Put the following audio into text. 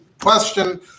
question